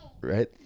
Right